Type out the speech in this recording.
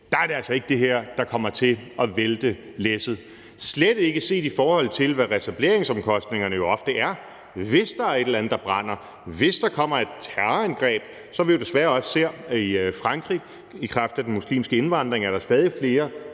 er det altså ikke det her, der kommer til at vælte læsset, og slet ikke set i forhold til hvad retableringsomkostningerne ofte er, hvis der er et eller andet, der brænder, eller hvis der kommer et terrorangreb, som vi jo desværre også har set i Frankrig. I kraft af den muslimske indvandring er der stadig flere